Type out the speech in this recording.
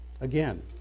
Again